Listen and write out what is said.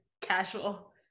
casual